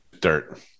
dirt